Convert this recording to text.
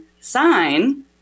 sign